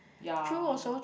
ya